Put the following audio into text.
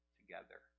together